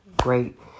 great